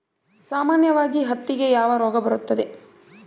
ಸಾಮಾನ್ಯವಾಗಿ ಹತ್ತಿಗೆ ಯಾವ ರೋಗ ಬರುತ್ತದೆ?